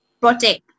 project